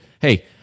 hey